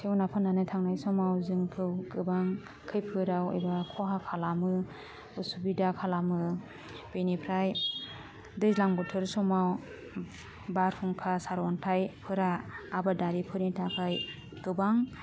सेवना फोन्नानै थांनाय समाव जोंखौ गोबां खैफोदाव एबा खहा खालामो असुबिदा खालामो बेनिफ्राय दैज्लां बोथोर समाव बारहुंखा सारअन्थाइफोरा आबादारिफोरनि थाखाय गोबां